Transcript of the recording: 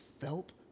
felt